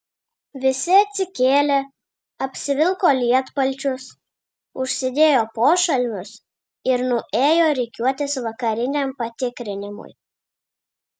visi atsikėlė apsivilko lietpalčius užsidėjo pošalmius ir nuėjo rikiuotis vakariniam patikrinimui